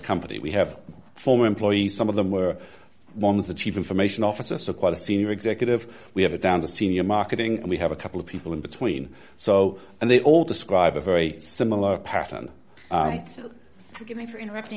company we have former employees some of them were one of the chief information officer so quite a senior executive we have a down to senior marketing and we have a couple of people in between so and they all describe a very similar pattern give me for interrupting